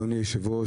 אדוני היושב-ראש,